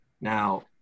Now